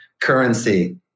currency